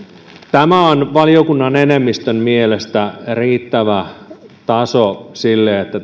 tämä on valiokunnan enemmistön mielestä riittävä taso sille että